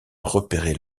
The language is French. repérer